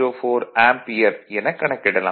04 ampere எனக் கணக்கிடலாம்